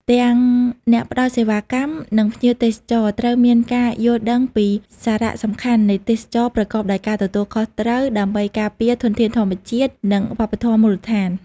ទាំងអ្នកផ្ដល់សេវាកម្ម និងភ្ញៀវទេសចរត្រូវមានការយល់ដឹងពីសារៈសំខាន់នៃទេសចរណ៍ប្រកបដោយការទទួលខុសត្រូវដើម្បីការពារធនធានធម្មជាតិនិងវប្បធម៌មូលដ្ឋាន។